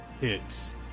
hits